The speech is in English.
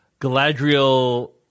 Galadriel